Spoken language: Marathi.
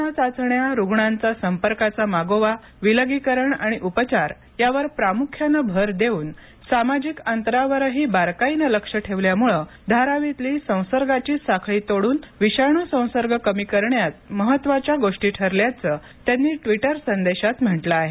कोरोना चाचण्या रुग्णांच्या संपर्काचा मागोवा विलगीकरण आणि उपचार यावर प्रामुख्यानं भर देवून सामाजिक अंतरावरही बारकाईनं लक्ष ठेवल्यानं धारावीतील संसर्गाची साखळी तोड्रन विषाणू संसर्ग कमी करण्यात महत्वाच्या गोष्टी ठरल्याचं त्यांनी टिव्टर संदेशात म्हटलं आहे